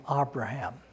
Abraham